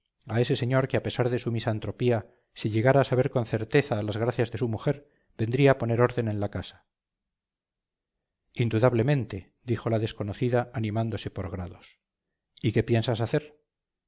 a ese señor que a pesar de su misantropía si llegara a saber con certeza las gracias de su mujer vendría a poner orden en la casa indudablemente dijo la desconocida animándose por grados y qué piensas hacer